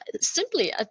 simply